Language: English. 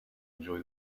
enjoy